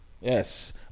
Yes